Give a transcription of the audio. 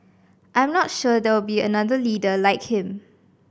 I am not sure there will be another leader like him